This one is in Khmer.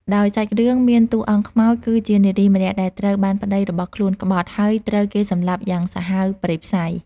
ដោយសាច់រឿង មានតួអង្គខ្មោចគឺជានារីម្នាក់ដែលត្រូវបានប្ដីរបស់ខ្លួនក្បត់ ហើយត្រូវគេសម្លាប់យ៉ាងសាហាវព្រៃផ្សៃ។